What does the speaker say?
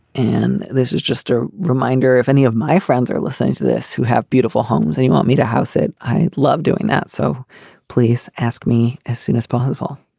and this is just a reminder, if any of my friends are listening to this who have beautiful homes and you want me to house it. i love doing that. so please ask me as soon as possible,